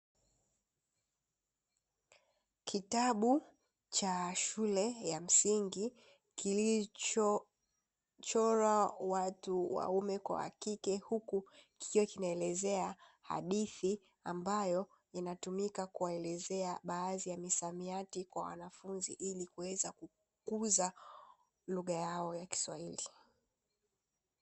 Kitabu cha shule ya msingi kilichochorwa watu waume kwa wa kike, huku kikiwa kimeelezea hadithi ambayo inatumika kuwaelezea, baadhi ya misamiati kwa wanafunzi ili kuweza kukuza lugha yao ya kiswahili.